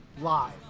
live